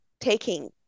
taking